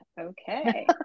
okay